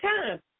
time